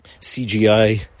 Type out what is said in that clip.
CGI